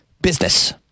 business